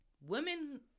women